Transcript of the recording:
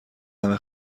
همه